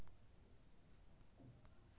नैतिक बैंक मजबूत समुदाय केर निर्माण मे मदति करै छै